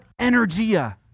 energia